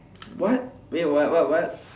what wait what what what